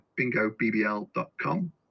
bingobbl.com